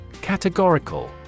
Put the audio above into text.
Categorical